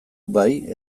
bai